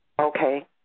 Okay